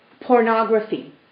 pornography